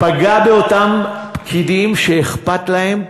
פגע באותם פקידים שאכפת להם,